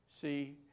See